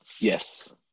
Yes